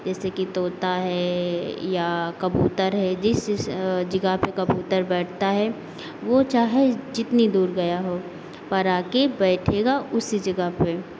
जैसे कि तोता है या कबूतर है जिस जिस जगह पे कबूतर बैठता है वो चाहे जितनी दूर गया हो पर आके बैठेगा उसी जगह पे